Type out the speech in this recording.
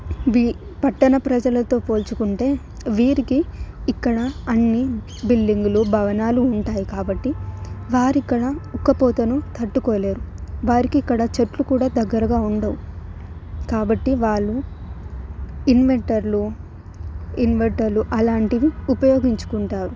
ఇవి పట్టణ ప్రజలతో పోల్చుకుంటే వీరికి ఇక్కడ అన్ని బిల్డింగులు భవనాలు ఉంటాయి కాబట్టి వారు ఇక్కడ ఉక్కపోతని తట్టుకోలేరు వారికి ఇక్కడ చెట్లు కూడా దగ్గరగా ఉండవు కాబట్టి వాళ్ళు ఇన్వెంటర్లు ఇన్వెంటర్లు అలాంటివి ఉపయోగించుకుంటారు